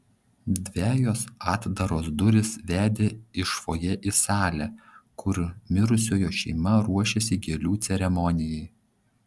dvejos atdaros durys vedė iš fojė į salę kur mirusiojo šeima ruošėsi gėlių ceremonijai